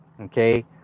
Okay